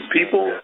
People